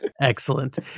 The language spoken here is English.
Excellent